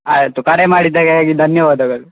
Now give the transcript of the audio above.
ಆಯಿತು ಕರೆ ಮಾಡಿದ್ದಕ್ಕಾಗಿ ಧನ್ಯವಾದಗಳು